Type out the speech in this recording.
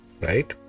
Right